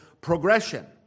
progression